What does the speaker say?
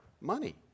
money